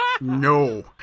No